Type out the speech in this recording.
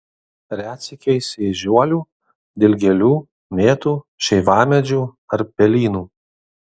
retsykiais ežiuolių dilgėlių mėtų šeivamedžių ar pelynų